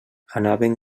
anaven